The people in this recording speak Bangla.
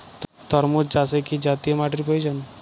তরমুজ চাষে কি জাতীয় মাটির প্রয়োজন?